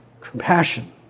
Compassion